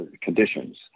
conditions